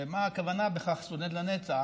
למה הכוונה בכך, סטודנט לנצח?